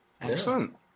excellent